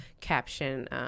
caption